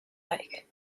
like